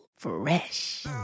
Fresh